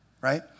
right